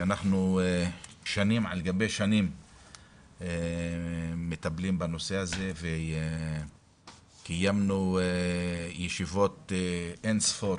שאנחנו שנים על גבי שנים מטפלים בנושא הזה וקיימנו ישיבות אין ספור